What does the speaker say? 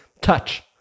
touch